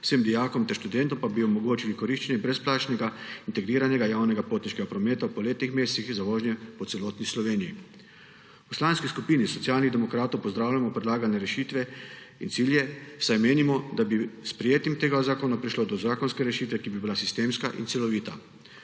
vsem dijakom ter študentom pa bi omogočili koriščenje brezplačnega integriranega javnega potniškega prometa v poletnih mesecih za vožnje po celotni Sloveniji. V Poslanski skupini Socialnih demokratov pozdravljamo predlagane rešitve in cilje, saj menimo, da bi s sprejetjem tega zakona prišlo do zakonske rešitve, ki bi bila sistemska in celovita.